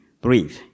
breathe